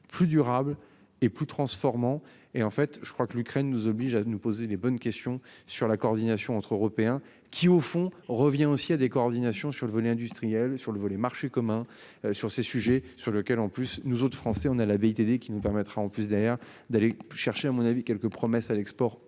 plus durable et plus transformant et en fait je crois que l'Ukraine nous oblige à nous poser les bonnes questions sur la coordination entre Européens qui au fond revient aussi à des coordinations sur le volet industriel sur le volet Marché commun sur ces sujets sur lequel en plus nous autres Français, on a la BITD qui nous permettra en plus d'air, d'aller chercher, à mon avis quelques promesses à l'export en Europe.